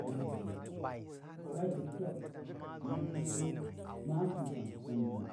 A daun sid she bayi she rig dwəg mag kan avieu ma apan-pan ku pan zəg wa